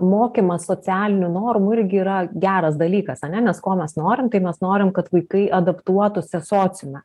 mokymas socialinių normų irgi yra geras dalykas ane nes ko mes norim tai mes norim kad vaikai adaptuotųsi sociume